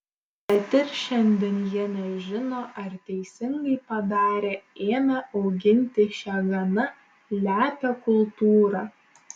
bet ir šiandien jie nežino ar teisingai padarė ėmę auginti šią gana lepią kultūrą